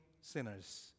sinners